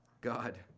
God